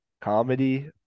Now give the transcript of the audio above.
comedy